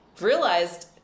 realized